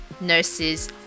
nurses